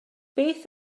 beth